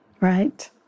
right